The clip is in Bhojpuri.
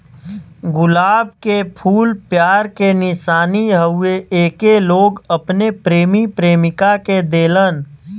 गुलाब के फूल प्यार के निशानी हउवे एके लोग अपने प्रेमी प्रेमिका के देलन